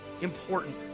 important